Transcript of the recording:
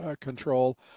control